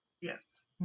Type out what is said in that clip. yes